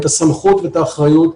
את הסמכות ואת האחריות.